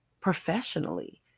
professionally